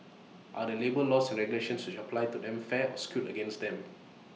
are the labour laws and regulations which apply to them fair or skewed against them